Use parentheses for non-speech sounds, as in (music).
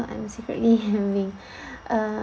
I'm secretly having (laughs) uh